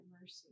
mercy